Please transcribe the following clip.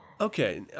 Okay